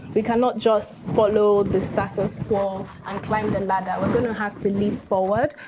we cannot just follow the status quo um climb the ladder. we're going to have to leap forward.